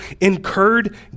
incurred